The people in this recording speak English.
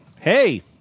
Hey